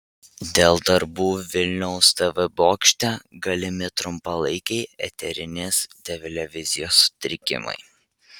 dėl darbų vilniaus tv bokšte galimi trumpalaikiai eterinės televizijos sutrikimai